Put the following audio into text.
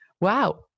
wow